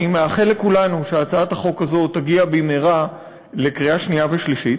אני מאחל לכולנו שהצעת החוק הזאת תגיע במהרה לקריאה שנייה ושלישית,